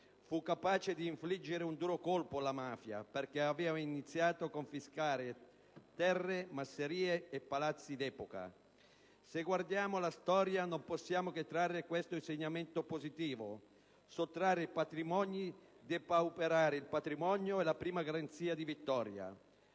fu capace di infliggere un duro colpo alla mafia, iniziando a confiscare terre, masserie e palazzi d'epoca. Se guardiamo alla storia, non possiamo che trarre questo insegnamento positivo: sottrarre i patrimoni, depauperare il patrimonio è la prima garanzia di vittoria.